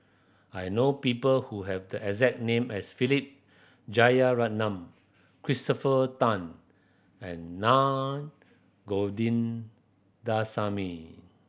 I know people who have the exact name as Philip Jeyaretnam Christopher Tan and Naa Govindasamy